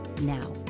now